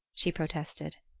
she protested.